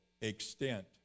extent